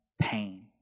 pain